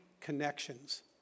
connections